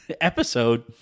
episode